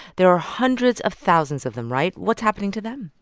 there are hundreds of thousands of them, right? what's happening to them?